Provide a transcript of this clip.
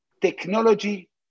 Technology